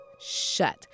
shut